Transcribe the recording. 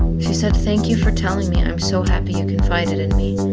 she said, thank you for telling me, i'm so happy you confided in me.